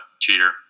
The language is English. cheater